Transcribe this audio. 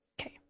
Okay